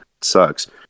sucks